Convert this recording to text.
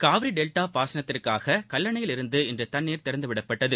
Kaveri delta பாசனத்திற்காக கல்லணையிலிருந்து இன்று தண்ணீர் திறந்து விடப்பட்டது